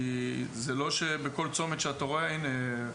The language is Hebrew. כי זה לא שבכל צומת שאת רואה הינה,